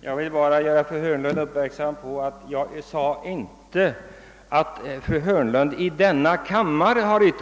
Herr talman! Jag vill bara göra fru Hörnlund uppmärksam på att jag inte sade att hon yttrat sig på det sättet i denna kammare.